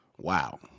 wow